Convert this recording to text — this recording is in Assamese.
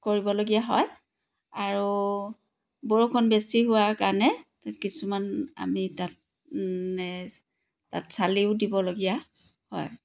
কৰিবলগীয়া হয় আৰু বৰষুণ বেছি হোৱাৰ কাৰণে কিছুমান আমি তাত তাত চালিও দিব লগীয়া হয়